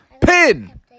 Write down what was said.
pin